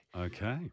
Okay